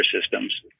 systems